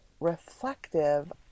reflective